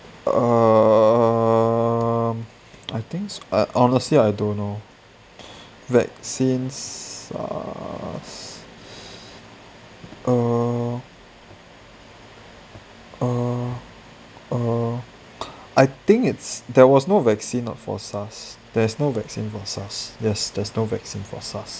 err um I think so err honestly I don't know vaccine SARS err err err I think it's there was no vaccine for SARS there's no vaccine for SARS there's there's no vaccine for SARS